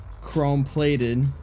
chrome-plated